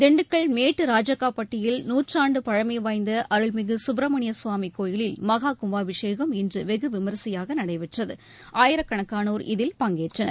திண்டுக்கல் மேட்டு ராஜக்காப்பட்டியில் நூற்றாண்டு பழமைவாய்ந்த அருள்மிகு சுப்பிரமணிய சுவாமி கோயிலில் மகா கும்பாபிஷேகம் இன்று வெகு விமரிசையாக நடைபெற்றது ஆயிரக்கணக்கானோர் இதில் பங்கேற்றனர்